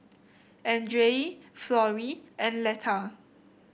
Andrae Florrie and Leta